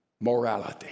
morality